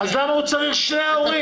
כדי לתמרץ רישום מוקדם ככל הניתן.